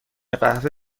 قهوه